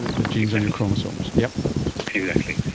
the genes on your chromosomes. yeah exactly.